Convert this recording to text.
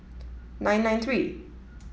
nine nine three